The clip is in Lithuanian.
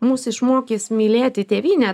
mus išmokys mylėti tėvynę